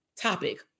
topic